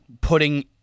putting